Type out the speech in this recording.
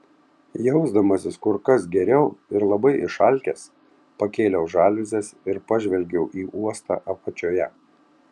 jausdamasis kur kas geriau ir labai išalkęs pakėliau žaliuzes ir pažvelgiau į uostą apačioje